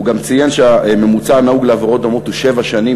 הוא גם ציין שהממוצע הנהוג לעבירות דומות הוא שבע שנים,